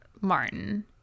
martin